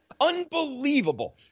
Unbelievable